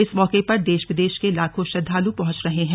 इस मौके पर देश विदेश के लाखों श्रद्वालु पहुंच रहे हैं